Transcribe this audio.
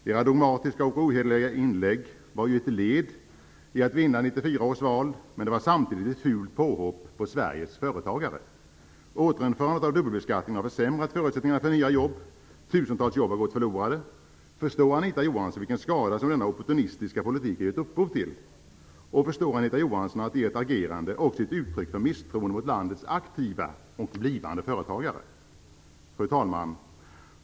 De dogmatiska och ohederliga inläggen var ju ett led i att vinna 1994 års val, men de var samtidigt ett fult påhopp på Återinförandet av dubbelbeskattningen har försämrat förutsättningarna för nya jobb. Tusentals jobb har gått förlorade. Förstår Anita Johansson vilken skada som denna opportunistiska politik har gett upphov till? Förstår hon att agerandet också gett uttryck för misstroende mot landets aktiva och blivande företagare? Fru talman!